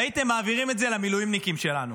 והייתם מעבירים את זה למילואימניקים שלנו,